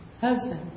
husband